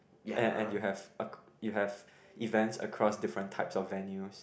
a~ and you have ac~ you have events across all different types of venues